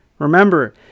Remember